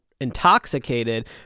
intoxicated